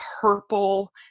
purple